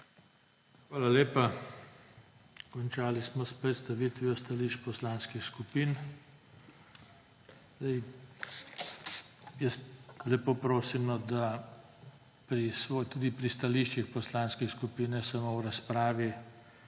Hvala lepa. Končali smo s predstavitvijo stališč poslanskih skupin. Jaz lepo prosim, da tudi pri stališčih poslanske skupine, v razpravi